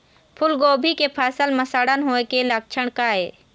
फूलगोभी के फसल म सड़न होय के लक्षण का ये?